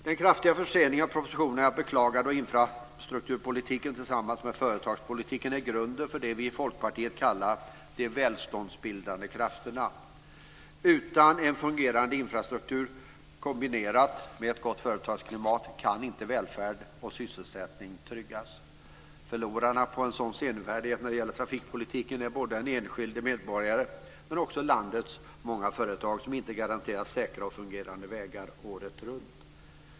Den kraftiga förseningen av propositionen är att beklaga, då infrastrukturpolitiken tillsammans med företagspolitiken är grunden för det som vi i Folkpartiet kallar de välståndsbildande krafterna. Utan en fungerande infrastruktur kombinerad med ett gott företagsklimat kan inte välfärd och sysselsättning tryggas. Förlorarna på en sådan senfärdighet när det gäller trafikpolitiken är både den enskilda medborgaren och landets många företag som inte garanteras säkra och fungerande vägar året runt.